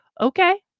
Okay